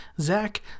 Zach